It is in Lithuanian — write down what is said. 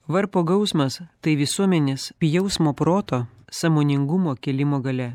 varpo gausmas tai visuomenės jausmo proto sąmoningumo kėlimo galia